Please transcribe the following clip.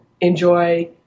enjoy